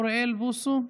חבר הכנסת אוריאל בוסו,